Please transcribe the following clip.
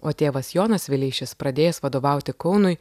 o tėvas jonas vileišis pradėjęs vadovauti kaunui